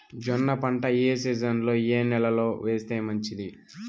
జొన్న పంట ఏ సీజన్లో, ఏ నెల లో వేస్తే మంచిది?